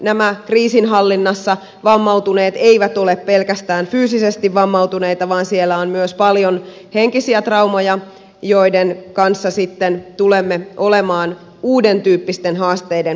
nämä kriisinhallinnassa vammautuneet eivät ole pelkästään fyysisesti vammautuneita vaan siellä on myös paljon henkisiä traumoja joiden kanssa sitten tulemme olemaan uudentyyppisten haasteiden edessä